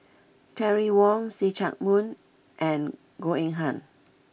Terry Wong See Chak Mun and Goh Eng Han